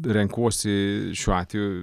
renkuosi šiuo atveju